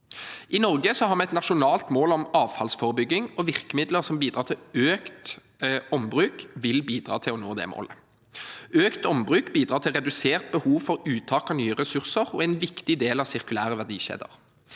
I Norge har vi et nasjonalt mål om avfallsforebygging. Virkemidler som bidrar til økt ombruk, vil bidra til å nå det målet. Økt ombruk bidrar til redusert behov for uttak av nye ressurser og er en viktig del av sirkulære verdikjeder.